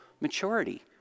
maturity